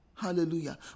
Hallelujah